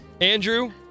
Andrew